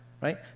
Right